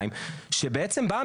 בסוף זה לא יהיה דיון,